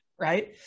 right